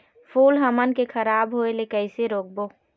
फूल हमन के खराब होए ले कैसे रोकबो?